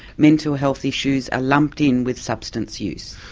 mental health issues are lumped in with substance use.